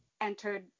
entered